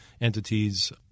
entities